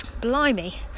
blimey